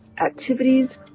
activities